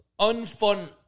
unfun